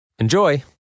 Enjoy